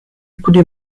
could